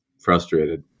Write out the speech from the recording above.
frustrated